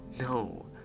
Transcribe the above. No